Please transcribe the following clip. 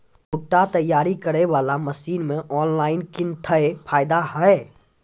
भुट्टा तैयारी करें बाला मसीन मे ऑनलाइन किंग थे फायदा हे?